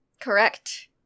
Correct